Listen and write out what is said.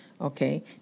okay